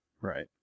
Right